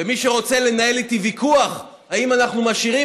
מי שרוצה לנהל איתי ויכוח אם אנחנו משאירים